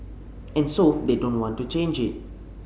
and so they don't want to change it